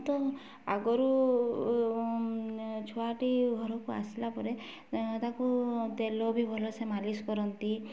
ତ ଆଗରୁ ଛୁଆଟି ଘରକୁ ଆସିଲାପରେ ତାକୁ ତେଲ ବି ଭଲସେ ମାଲିସ କରନ୍ତି